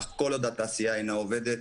אך כל עוד התעשייה אינה עובדת,